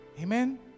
Amen